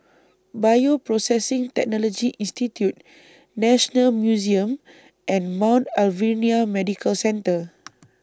Bioprocessing Technology Institute National Museum and Mount Alvernia Medical Centre